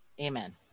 Amen